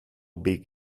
big